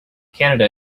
canada